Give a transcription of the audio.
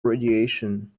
radiation